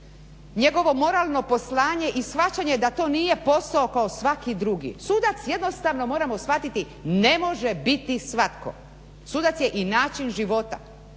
njegovo moralno poslanje i shvaćanje da to nije posao kao svaki drugi. Sudac jednostavno moramo shvatiti ne može biti svatko. Sudac je i način života,